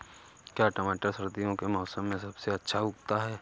क्या टमाटर सर्दियों के मौसम में सबसे अच्छा उगता है?